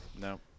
No